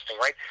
right